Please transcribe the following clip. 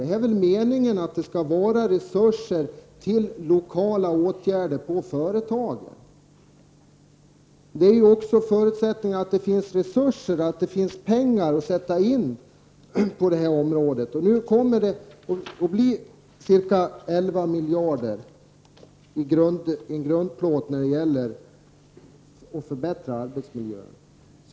Det är meningen att detta skall vara resurser till lokala åtgärder på företagen. Det är en förutsättning att det finns resurser och pengar att sätta in på det här området. Nu kommer det att avsättas ca 11 miljarder kronor som en grundplåt för att förbättra arbetsmiljöer.